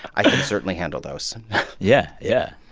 i can certainly handle those yeah, yeah.